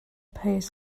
pays